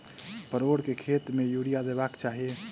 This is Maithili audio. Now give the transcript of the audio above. परोर केँ खेत मे यूरिया देबाक चही?